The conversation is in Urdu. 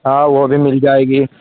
ہاں وہ بھی مل جائے گی